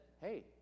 hey